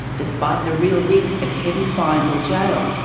despite the real risk of heavy fines or jail.